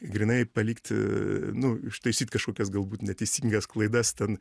grynai palikti nu ištaisyt kažkokias galbūt neteisingas klaidas ten